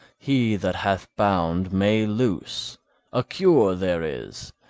he that hath bound may loose a cure there is,